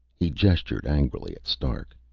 he gestured angrily at stark.